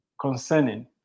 concerning